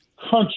country